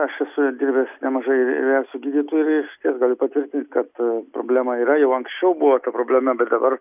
aš esu dirbęs nemažai su gydytojais tiek galiu patvirtint kad problema yra jau anksčiau buvo ta problema bet dabar